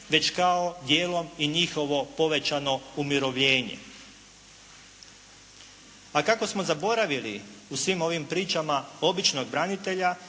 već kao dijelom i njihovo povećano umirovljenje. A kako smo zaboravili u svim ovim pričama običnog branitelja